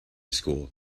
school